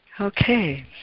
Okay